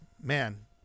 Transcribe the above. man